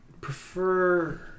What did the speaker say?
prefer